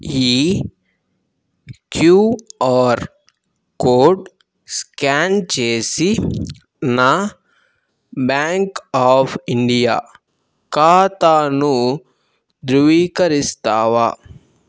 ఈ QR code scan చేసి నా బ్యాంక్ ఆఫ్ ఇండియా ఖాతాను ధృవీకరిస్తావా